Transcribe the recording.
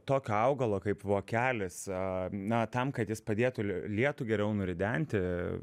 tokio augalo kaip vokelis na tam kad jis padėtų lietų geriau nuridenti